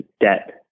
debt